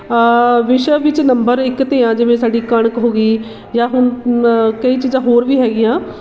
ਵਿਸ਼ਵ ਵਿੱਚ ਨੰਬਰ ਇੱਕ 'ਤੇ ਹਾਂ ਜਿਵੇਂ ਸਾਡੀ ਕਣਕ ਹੋ ਗਈ ਜਾਂ ਹੁਣ ਕਈ ਚੀਜ਼ਾਂ ਹੋਰ ਵੀ ਹੈਗੀਆਂ